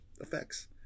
effects